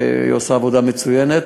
שעושה עבודה מצוינת.